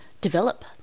develop